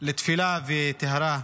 לתפילה וטהרה.